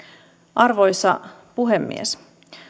arvoisa puhemies